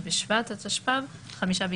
שאחרת לא